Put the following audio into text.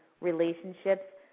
relationships